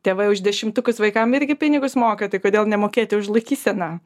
tėvai už dešimtukus vaikam irgi pinigus moka tai kodėl nemokėti už laikyseną